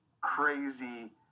crazy